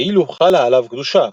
כאילו חלה עליו קדושה,